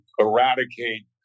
eradicate